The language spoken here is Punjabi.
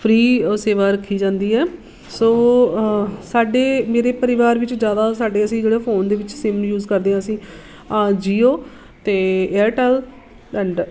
ਫ੍ਰੀ ਸੇਵਾ ਰੱਖੀ ਜਾਂਦੀ ਹੈ ਸੋ ਸਾਡੇ ਮੇਰੇ ਪਰਿਵਾਰ ਵਿੱਚ ਜ਼ਿਆਦਾ ਸਾਡੇ ਅਸੀਂ ਜਿਹੜੇ ਫੋਨ ਦੇ ਵਿੱਚ ਸਿਮ ਯੂਜ ਕਰਦੇ ਹਾਂ ਅਸੀਂ ਆਜੀਓ ਅਤੇ ਏਅਰਟੈੱਲ ਐਂਡ